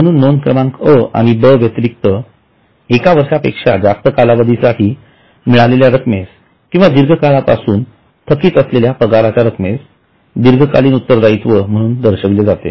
म्हणून नोंद क्रमांक अ आणि ब व्यतिरिक्त १ वर्षापेक्षा जास्त कालावधी साठी मिळालेल्या रक्कमेस किंवा दीर्घकाळापासून थकीत असलेल्या पगाराच्या रक्कमेस दीर्घकालीन उत्तरदायीत्व म्हणून दर्शविले जाते